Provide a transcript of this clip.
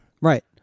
Right